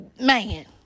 Man